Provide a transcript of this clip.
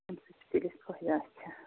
تَمہِ سۭتۍ چھُ تیٚلہِ اَسہِ فٲہدٕ اَچھا